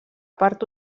part